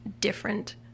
different